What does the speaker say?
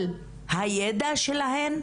על הידע שלהן,